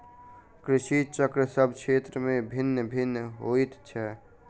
कृषि चक्र सभ क्षेत्र मे भिन्न भिन्न होइत छै